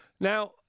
Now